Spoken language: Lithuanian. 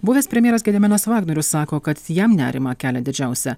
buvęs premjeras gediminas vagnorius sako kad jam nerimą kelia didžiausią